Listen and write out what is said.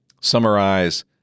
summarize